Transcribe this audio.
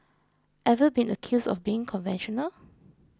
ever been accused of being conventional